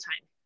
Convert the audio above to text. time